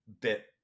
bit